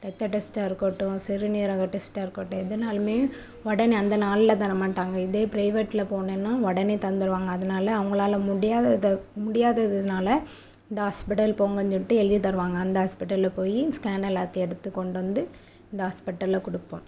ரத்தம் டெஸ்ட்டாக இருக்கட்டும் சிறுநீரகம் டெஸ்ட்டாக இருக்கட்டும் எதுனாலுமே உடனே அந்த நாளில் தர மாட்டாங்க இதே ப்ரைவேட்டில் போனேனா உடனே தந்துடுவாங்க அதனால அவங்களால முடியாததை முடியாததுனால இந்த ஹாஸ்பிட்டல் போங்கன்னு சொல்லிட்டு எழுதி தருவாங்க அந்த ஹாஸ்பிட்டலில் போய் ஸ்கேன் எல்லாத்தையும் எடுத்து கொண்டு வந்து இந்த ஹாஸ்பிட்டலில் கொடுப்போம்